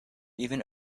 even